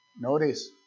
Notice